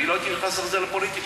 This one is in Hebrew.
לא הייתי נכנס אחרי זה לפוליטיקה.